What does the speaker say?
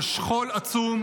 שלל שכול עצום,